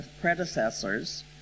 predecessors